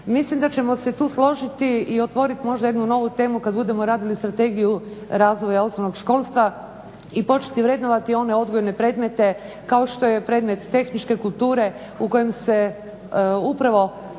Mislim da ćemo se tu složiti i otvoriti možda jednu novu temu kada budemo radili strategiju razvoja osnovnog školstva i početi vrednovati one odgojne predmete kao što je predmet tehničke kulture u kojem se upravo